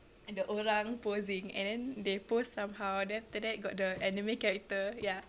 ada orang posing and then they pose somehow then after that got the anime character ya